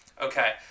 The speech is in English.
Okay